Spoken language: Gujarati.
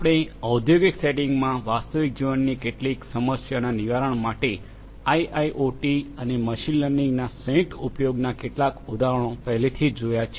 આપણે ઔદ્યોગિક સેટિંગ્સમાં વાસ્તવિક જીવનની કેટલીક સમસ્યાઓના નિવારણ માટે આઇઆઇઓટી અને મશીન લર્નિંગના સંયુક્ત ઉપયોગના કેટલાક ઉદાહરણો પહેલેથી જ જોયા છે